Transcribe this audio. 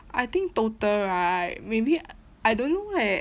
I think total right maybe I don't know leh